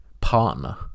partner